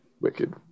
wicked